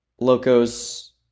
Locos